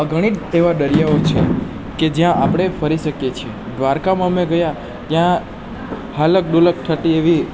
ઘણી એવા દરિયાઓ છે કે જ્યાં આપણે ફરી શકીએ છીએ દ્વારકામાં અમે ગયા ત્યાં હાલક ડોલક થતી એવી